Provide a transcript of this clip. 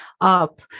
up